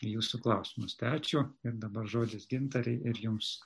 į jūsų klausimus tai ačiū ir dabar žodis gintarei ir jums